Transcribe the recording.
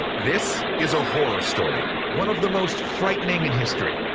this is a horror story one of the most frightening in history.